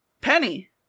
Penny